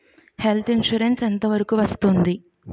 Health insurance ఎంత వరకు వస్తుంది?